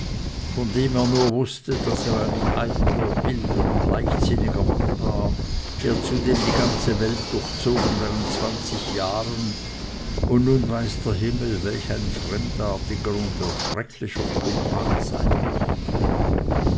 von dem er nur wußte daß er ein eitler wilder und leichtsinniger mann war der zudem die ganze welt durchzogen während zwanzig jahren und nun weiß der himmel welch ein fremdartiger und erschrecklicher kumpan sein mochte